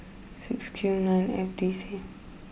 six Q nine F D C